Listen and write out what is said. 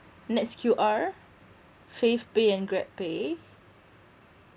next Q_R favepay and grabpay